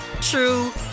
true